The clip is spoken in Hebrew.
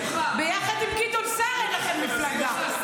ביחד עם גדעון סער אין לכם מפלגה.